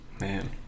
Man